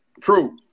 True